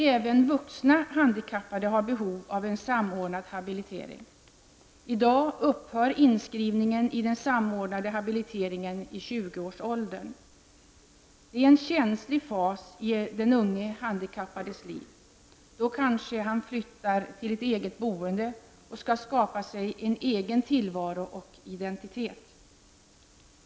Även vuxna handikappade har behov av en samordnad habilitering. I dag upphör inskrivningen i den samordnade habiliteringen i tjugoårsåldern. Det är en känslig fas i den unge handikappades liv. Då flyttar han kanske till ett eget boende och skall skapa sig en egen tillvaro och identitet.